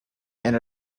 and